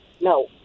No